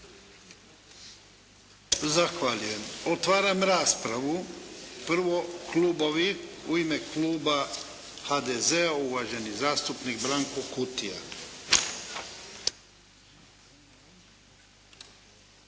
Zahvaljujem. Otvaram raspravu. Prvo klubovi. U ime kluba HDZ-a, uvaženi zastupnik Branko Kutija.